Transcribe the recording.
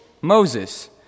Moses